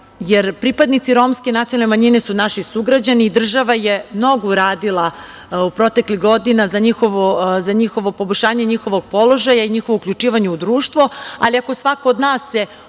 jer pripadnici romske nacionalne manjine su naši sugrađani. Država je mnogo uradila proteklih godina za poboljšanje njihovog položaja i njihovo uključivanje u društvo, ali ako svako od nas se uključi